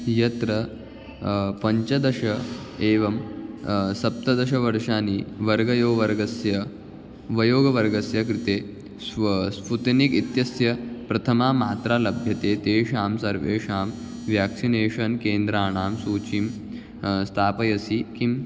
यत्र पञ्चदश एवं सप्तदश वर्षाणि वर्गयोवर्गस्य वयोगवर्गस्य कृते स्व स्पुनिक् इत्यस्य प्रथमा मात्रा लभ्यते तेषां सर्वेषां व्याक्सिनेषन् केन्द्राणां सूचीं स्थापयसि किम्